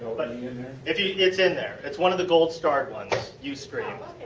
but it it is in there. it is one of the gold starred ones. ustream.